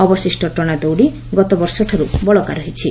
ଅବଶିଷ ଟଣା ଦଉଡ଼ି ଗତବର୍ଷଠାର୍ ବଳକା ରହିଛି